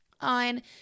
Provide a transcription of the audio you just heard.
on